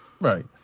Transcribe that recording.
right